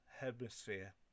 hemisphere